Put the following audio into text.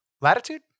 latitude